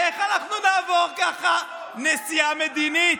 איך אנחנו נעבור ככה נסיעה מדינית?